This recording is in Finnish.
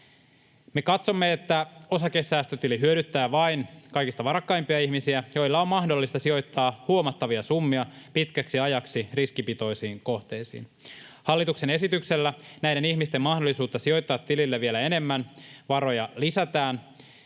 Me katsomme, että osakesäästötili hyödyttää vain kaikista varakkaimpia ihmisiä, joilla on mahdollista sijoittaa huomattavia summia pitkäksi ajaksi riskipitoisiin kohteisiin. Hallituksen esityksellä näiden ihmisten mahdollisuutta sijoittaa tilille vielä enemmän varoja lisätään.